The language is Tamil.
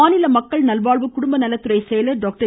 மாநில மக்கள் நல்வாழ்வு குடும்பநலத்துறை செயலர் டாக்டர்